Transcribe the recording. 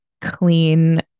clean